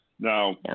Now